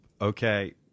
Okay